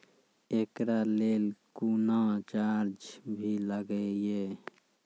एकरा लेल कुनो चार्ज भी लागैये?